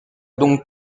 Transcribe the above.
donc